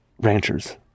ranchers